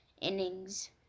innings